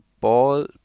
ball